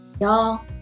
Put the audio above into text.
Y'all